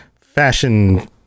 fashion